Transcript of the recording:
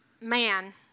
man